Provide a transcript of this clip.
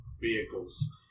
vehicles